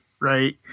right